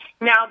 Now